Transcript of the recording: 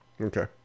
Okay